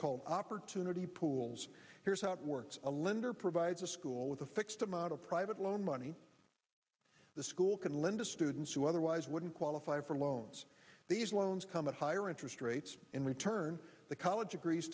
called opportunity pools here's how it works a lender provides a school with a fixed amount of private loan money the school can lend to students who otherwise wouldn't qualify for loans these loans come at higher interest rates in return the college agrees